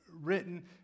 written